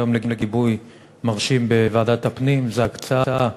היום לגיבוי מרשים בוועדת הפנים היא לגבי הקצאה